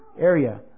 area